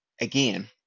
Again